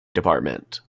department